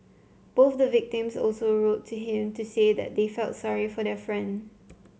both the victims also wrote to him to say that they felt sorry for their friend